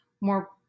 more